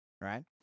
Right